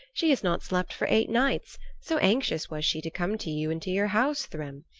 she has not slept for eight nights, so anxious was she to come to you and to your house, thrym.